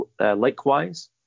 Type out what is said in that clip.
likewise